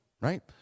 right